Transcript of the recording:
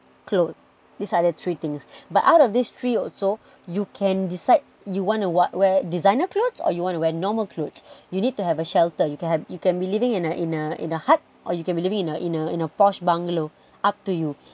clothes these are the three things but out of three also you can decide you wanna what wear designer clothes or you wanna wear normal clothes you need to have a shelter you can have you can be living in a in a in a hut or you can we living in a in a in a posh bungalow up to you